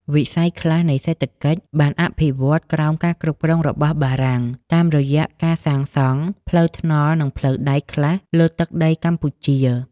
វិស័យខ្លះនៃសេដ្ឋកិច្ចបានអភិវឌ្ឍក្រោមការគ្រប់គ្រងរបស់បារាំង តាមរយះការសាងសង់ ផ្លូវថ្នល់និងផ្លូវដែកខ្លះលើទឹកដីកម្ពុជា។